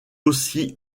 aussi